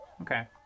Okay